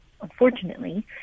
unfortunately